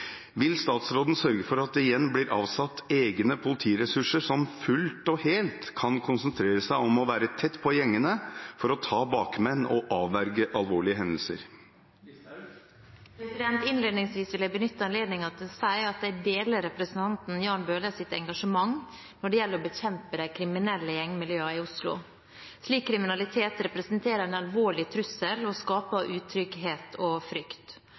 Vil statsråden sørge for at det igjen blir avsatt egne politiressurser som fullt og helt kan konsentrere seg om å være tett på gjengene for å ta bakmenn og avverge alvorlige hendelser?» Innledningsvis vil jeg benytte anledningen til å si jeg deler representanten Jan Bøhlers engasjement når det gjelder å bekjempe de kriminelle gjengmiljøene i Oslo. Slik kriminalitet representerer en alvorlig trussel og skaper utrygghet og frykt.